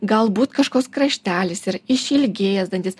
galbūt kažkoks kraštelis yra išilgėjęs dantis